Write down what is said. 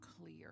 clear